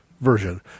version